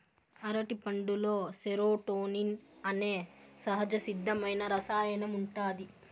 అరటిపండులో సెరోటోనిన్ అనే సహజసిద్ధమైన రసాయనం ఉంటాది